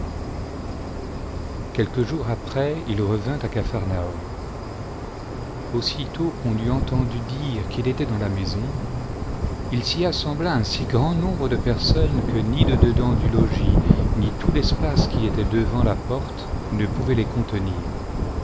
quelques jours après il revint à capharnaüm aussitôt qu'on eut entendu dire qu'il était dans la maison il s'y assembla im si grand nombre de personnes que ni le dedans du logis ni tout l'espace qui était devant la porte ne pouvait les contenir